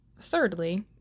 Thirdly